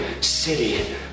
city